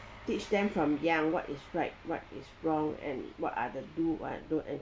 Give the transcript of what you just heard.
teach them from young what is right what is wrong and what are the do and don't and